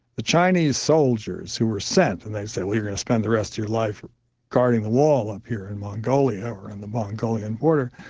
the chinese soldiers who were sent and they said, well, you're going to spend the rest of your life guarding the wall up here in mongolia or on the mongolian border,